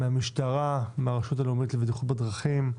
מהמשטרה, מהרשות הלאומית לבטיחות בדרכים,